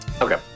okay